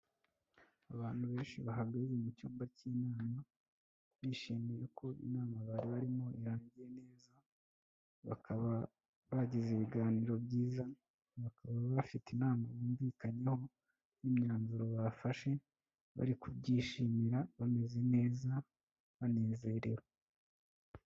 Abantu benshi bahagaze mu cyumba cy'inama, bishimiye ko inama bari barimo irangiye neza, bakaba bagize ibiganiro byiza, bakaba bafite inama bumvikanyeho n'imyanzuro bafashe, bari kubyishimira bameze neza banezerewe.